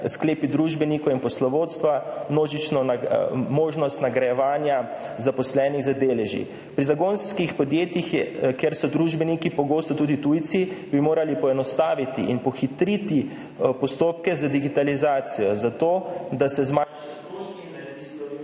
sklepi družbenikov in poslovodstva, možnost nagrajevanja zaposlenih z deleži. Pri zagonskih podjetjih, kjer so družbeniki pogosto tudi tujci, bi morali poenostaviti in pohitriti postopke za digitalizacijo, zato da se …/ izklop mikrofona/